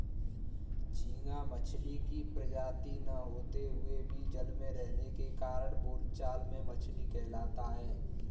झींगा मछली की प्रजाति न होते हुए भी जल में रहने के कारण बोलचाल में मछली कहलाता है